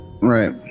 Right